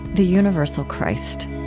the universal christ